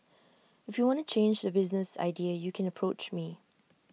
if you wanna change the business idea you can approach me